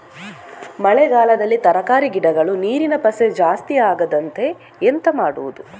ಮಳೆಗಾಲದಲ್ಲಿ ತರಕಾರಿ ಗಿಡಗಳು ನೀರಿನ ಪಸೆ ಜಾಸ್ತಿ ಆಗದಹಾಗೆ ಎಂತ ಮಾಡುದು?